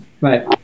Right